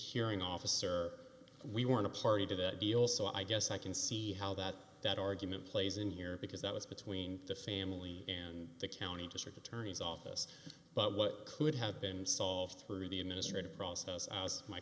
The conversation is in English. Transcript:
hearing officer we want to party to that deal so i guess i can see how that that argument plays in here because that was between the family and the county district attorney's office but what could have been solved through the administrative process